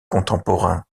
contemporains